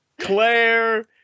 Claire